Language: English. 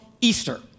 Easter